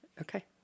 Okay